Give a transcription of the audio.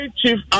Chief